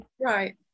Right